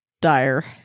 dire